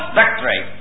victory